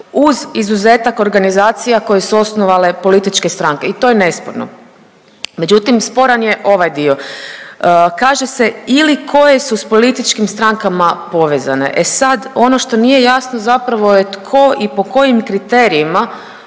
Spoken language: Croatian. uz izuzetak organizacija koje su osnovale političke stranke i to je nesporno. Međutim, sporan je ovaj dio, kaže se ili koje su s političkim strankama povezane. E sad ono što nije jasno zapravo je tko i po kojim kriterijima